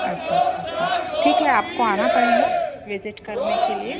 अच्छा अच्छा अच्छा ठीक है आपको आना पड़ेगा विज़िट करने के लिए